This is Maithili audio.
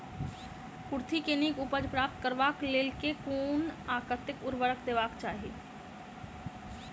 कुर्थी केँ नीक उपज प्राप्त करबाक लेल केँ कुन आ कतेक उर्वरक देबाक चाहि?